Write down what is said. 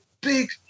big